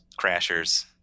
crashers